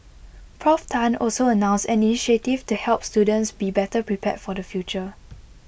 Prof Tan also announced an initiative to help students be better prepared for the future